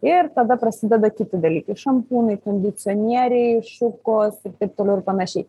ir tada prasideda kiti dalykai šampūnai kondicionieriai šukos ir taip toliau ir panašiai